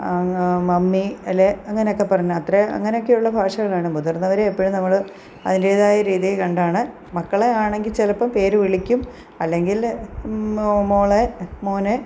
mummy അല്ലേ അങ്ങനെയൊക്കെ പറഞ്ഞ് അത്രയേ അങ്ങനെയൊക്കെയുള്ള ഭാഷകളാണ് മുതിർന്നവരെ എപ്പോഴും നമ്മൾ അതിൻറ്റേതായ രീതി കണ്ടാണ് മക്കളെ ആണെങ്കിൽ ചിലപ്പോൾ പേര് വിളിക്കും അല്ലെങ്കിൽ മോളെ മോനെ